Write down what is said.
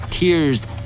Tears